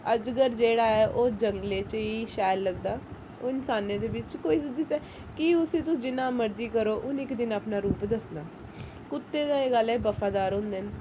अजगर जेह्ड़ा ऐ ओह् जंगलै च शैल लगदा ओह् इंसानें दे बिच्च कोई दस्सै कि उसी तुस जिन्ना मर्जी करो उ'नें इक दिन अपना रूप दस्सना कुत्ते दा एह् गल्ल ऐ बफादार होंदे न